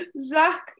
Zach